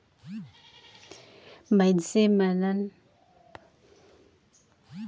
मइनसे मन personal loan कइयो किसिम कर काम बर लेथें